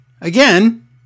again